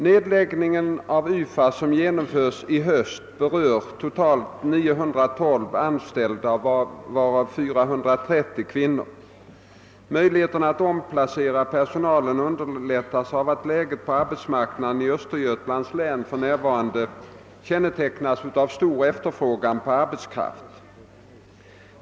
Nedläggningen av YFA, som genomförs i höst, berör totalt 912 anställda, varav 430 kvinnor. Möjligheterna att omplacera personalen underlättas av att läget på arbetsmarknaden i Östergötlands län för närvarande kännetecknas av stor efterfrågan på arbetskraft.